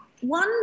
one